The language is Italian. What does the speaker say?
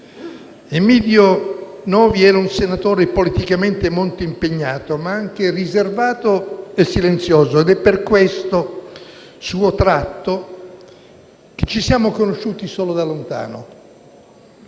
Emiddio Novi era un senatore politicamente molto impegnato, ma anche riservato e silenzioso, ed è per questo suo tratto che ci siamo conosciuti solo da lontano,